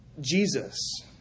Jesus